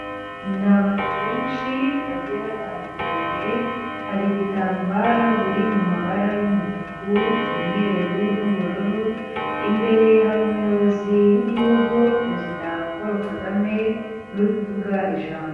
Ni abantu benshi bagiye batandukanye hari ibitambaro biri mu mabara y'umutuku, umweru, n'ubururu imbere hari umuyobozi w'igihugu perezida Paul Kagame niwe uri kuvuga ijambo.